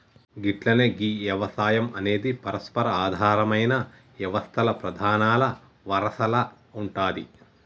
గట్లనే గీ యవసాయం అనేది పరస్పర ఆధారమైన యవస్తల్ల ప్రధానల వరసల ఉంటాది